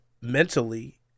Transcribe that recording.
mentally